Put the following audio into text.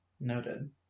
Noted